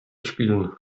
spielen